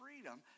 freedom